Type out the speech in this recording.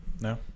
No